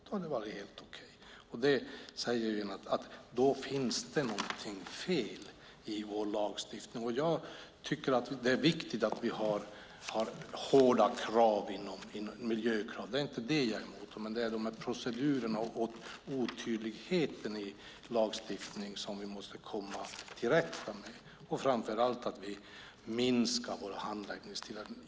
Nu kan vi se att det finns något fel i vår lagstiftning. Jag tycker att det är viktigt att vi har hårda miljökrav. Det är inte det jag är emot, utan det är procedurerna och otydligheten i lagstiftningen som vi måste komma till rätta med. Framför allt måste vi minska handläggningstiden.